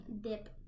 dip